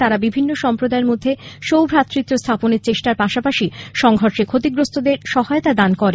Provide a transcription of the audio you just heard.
তাঁরা বিভিন্ন সম্প্রদায়ের মধ্যে সৌভ্রাতৃত্ব স্থাপনের চেষ্টার পাশাপাশি সংঘর্ষে ক্ষতিগ্রস্তদের সহায়তা দান করেন